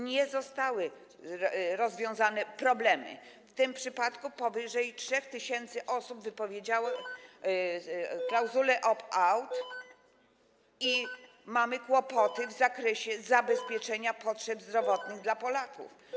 Nie zostały rozwiązane problemy, w tym przypadku powyżej 3 tys. osób wypowiedziało klauzulę opt-out i mamy kłopoty w zakresie zabezpieczenia potrzeb zdrowotnych Polaków.